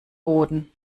boden